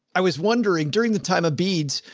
i was wondering during the time of beads,